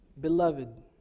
Beloved